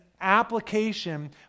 application